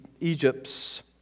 Egypt's